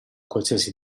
qualsiasi